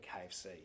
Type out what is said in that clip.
KFC